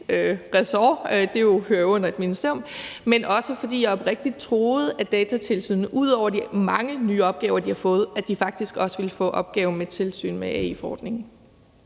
ressort, for det hører jo under et ministerium, men også fordi jeg oprigtigt troede, at Datatilsynet, ud over de mange nye opgaver, de har fået, faktisk også ville få opgaven med et tilsyn med AI-forordningen.